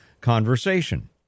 conversation